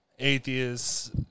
Atheists